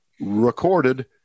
recorded